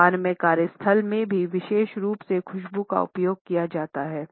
Japan में कार्यस्थल में भी विशेष रूप से खुशबू का उपयोग किया जाता है